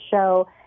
Show